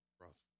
rough